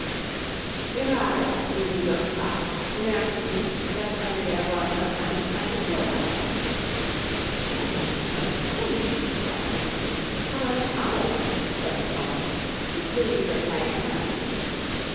gerade wie sie so sprach bemerkte sie daß einer der bäume eine kleine thür hatte das ist höchst komisch dachte sie aber alles ist heute komisch ich will lieber gleich hinein